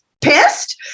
pissed